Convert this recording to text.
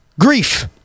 grief